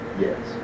Yes